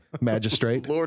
magistrate